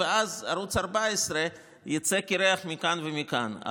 ואז ערוץ 14 יצא קירח מכאן ומכאן.